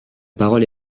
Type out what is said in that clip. parole